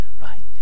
right